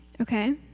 Okay